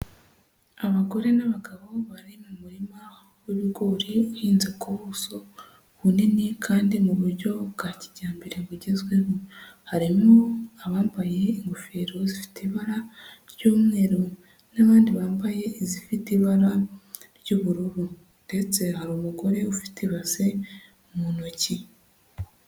Abagore n'abagabo bari mu murima w'ibigori uhinze ku buso bunini kandi mu buryo bwa kijyambere bugezweho, harimo abambaye ingofero zifite ibara ry'umweru n'abandi bambaye izifite ibara ry'ubururu ndetse hari umugore ufite ibase mu ntoki.